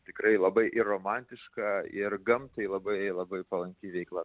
tikrai labai romantiška ir gamtai labai labai palanki veikla